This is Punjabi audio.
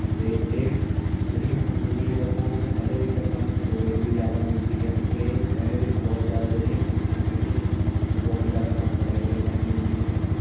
ਤੇ ਇਹ ਜਿਹੜੀਆਂ ਹੁਣ ਨਵੀਆਂ ਬੱਸਾਂ ਹਨ ਐਦੇ ਵਿੱਚ ਆਪਾਂ ਨੂੰ ਸਟੋਰੇਜ ਵੀ ਜ਼ਿਆਦਾ ਮਿਲਦੀ ਐ ਤੇ ਇਹਦੇ ਵਿੱਚ ਬਹੁਤ ਜ਼ਿਆਦਾ ਜਿਹੜੀਆਂ ਸੀਟਾਂ ਹੈਗੀਆਂ ਜੀ ਉਹ ਬਹੁਤ ਜ਼ਿਆਦਾ ਕੰਫਰਟੇਬਲ ਲਗਾਈਆਂ ਹੋਈਆਂ ਏ